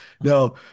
No